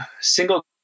single